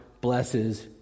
blesses